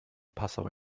passau